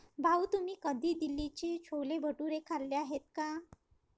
भाऊ, तुम्ही कधी दिल्लीचे छोले भटुरे खाल्ले आहेत का?